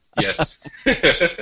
Yes